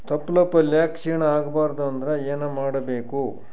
ತೊಪ್ಲಪಲ್ಯ ಕ್ಷೀಣ ಆಗಬಾರದು ಅಂದ್ರ ಏನ ಮಾಡಬೇಕು?